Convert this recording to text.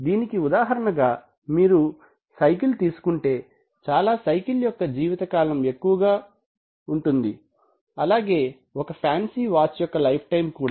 దీనికి ఉదాహరణగా మీరు సైకల్ తీసుకుంటే చాలా సైకల్ యొక్క జీవిత కాలం ఎక్కువగా ఉంటుంది అలాగే ఒక ఫ్యాన్సి వాచ్ యొక్క లైఫ్ టైమ్ కూడా